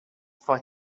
for